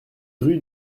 rue